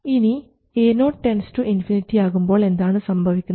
ഇനി Ao ∞ ആകുമ്പോൾ എന്താണ് സംഭവിക്കുന്നത്